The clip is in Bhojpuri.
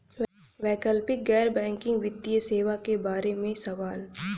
वैकल्पिक गैर बैकिंग वित्तीय सेवा के बार में सवाल?